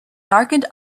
darkened